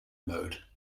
mode